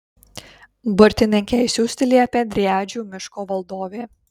burtininkę išsiųsti liepė driadžių miško valdovė